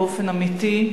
באופן האמיתי,